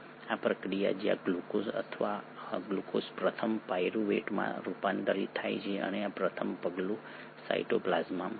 આ પ્રક્રિયા જ્યાં ગ્લુકોઝ પ્રથમ પાયરુવેટમાં રૂપાંતરિત થાય છે અને આ પ્રથમ પગલું સાયટોપ્લાસમમાં થાય છે